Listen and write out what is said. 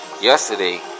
Yesterday